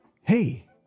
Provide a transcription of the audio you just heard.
hey